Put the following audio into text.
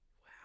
Wow